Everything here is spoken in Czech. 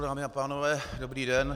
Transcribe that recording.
Dámy a pánové, dobrý den.